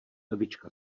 evička